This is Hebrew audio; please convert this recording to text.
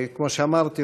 כמו שאמרתי,